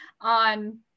on